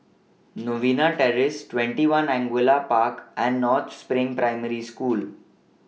Novena Terrace twenty one Angullia Park and North SPRING Primary School